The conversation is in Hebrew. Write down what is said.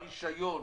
הרישיון,